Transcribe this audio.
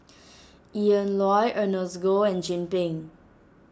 Ian Loy Ernest Goh and Chin Peng